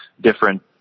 different